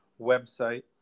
website